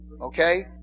okay